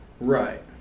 right